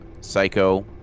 Psycho